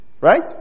Right